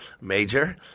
Major